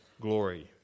glory